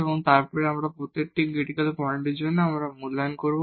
এবং তারপর প্রতিটি ক্রিটিকাল পয়েন্টের জন্য আমরা মূল্যায়ন করব